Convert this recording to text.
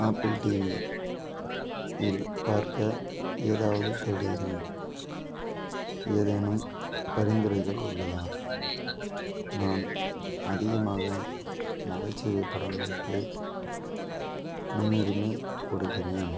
apple TV இல் பார்க்க ஏதாவது தேடுகிறேன் ஏதேனும் பரிந்துரைகள் உள்ளதா நான் அதிகமாக நகைச்சுவை படங்களுக்கு முன்னுரிமை கொடுக்கிறேன்